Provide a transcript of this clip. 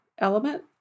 element